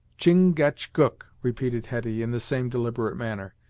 chin-gach-gook, repeated hetty, in the same deliberate manner.